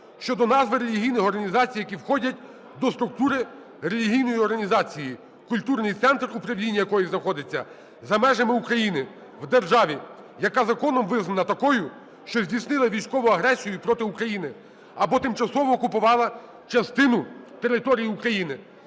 щодо назви релігійних організацій, які входять до структури релігійної організації, культурний центр (управління) якої знаходиться за межами України в державі, яка законом визнана такою, що здійснила військову агресію проти України або тимчасово окупувала частину території України.